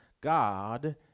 God